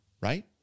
right